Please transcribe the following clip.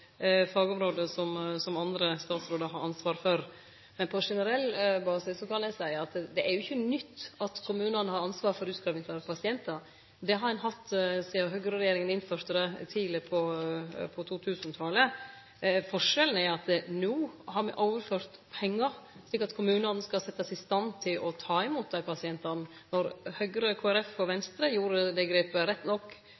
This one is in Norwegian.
fagområde som andre statsrådar har ansvar for. Men på generell basis kan eg seie at det er ikkje nytt at kommunane har ansvaret for utskrivingsklare pasientar. Det har ein hatt sidan høgreregjeringa innførte det tidleg på 2000-talet. Forskjellen er at no har me overført pengar, slik at kommunane skal setjast i stand til å ta imot dei pasientane. Då Høgre, Kristeleg Folkeparti og